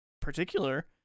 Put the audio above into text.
particular